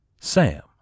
Sam